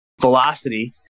velocity